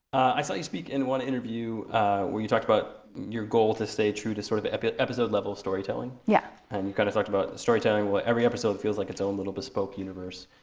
i saw you speak in one interview where you talked about your goal to stay true to sort of the episode level storytelling. yeah. and you kind of talked about storytelling, what every episode feels like its own little bespoke universe.